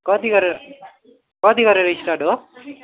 कति गरेर कति गरेर स्टार्ट हो